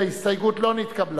הסתייגות לחלופין